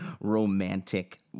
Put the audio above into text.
romantic